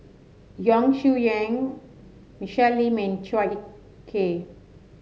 Yong Shu Michelle Lim and Chua Ek Kay